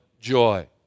joy